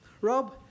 Rob